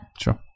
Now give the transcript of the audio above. Sure